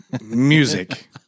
Music